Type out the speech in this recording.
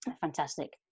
Fantastic